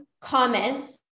comments